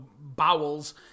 bowels